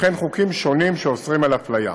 וכן חוקים שונים שאוסרים הפליה.